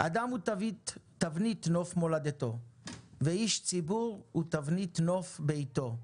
אדם הוא תבנית נוף מולדתו ואיש ציבור הוא תבנית נוף ביתו.